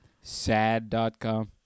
sad.com